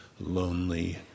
lonely